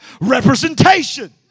Representation